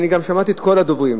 שמעתי את כל הדוברים,